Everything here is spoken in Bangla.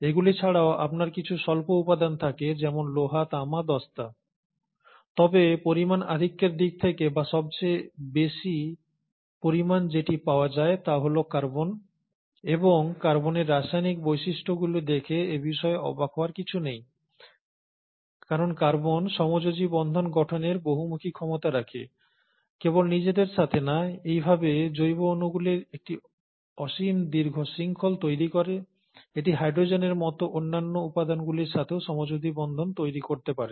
এগুলি ছাড়াও আপনার কিছু স্বল্প উপাদান থাকে যেমন লোহা তামা দস্তা তবে পরিমাণ আধিক্যের দিক থেকে বা সবচেয়ে বেশি পরিমাণ যেটি পাওয়া যায় তা হল কার্বন এবং কার্বনের রাসায়নিক বৈশিষ্ট্যগুলি দেখে এবিষয়ে অবাক হওয়ার কিছু নেই কারণ কার্বন সমযোজী বন্ধন গঠনের বহুমুখী ক্ষমতা রাখে কেবল নিজের সাথে না এইভাবে জৈব অণুগুলির একটি অসীম দীর্ঘ শৃঙ্খল তৈরি করে এটি হাইড্রোজেনের মতো অন্যান্য উপাদানগুলির সাথেও সমযোজী বন্ধন তৈরি করতে পারে